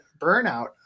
burnout